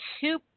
Two